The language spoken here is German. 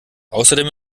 außerdem